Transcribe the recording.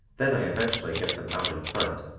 then i eventually get them out in front,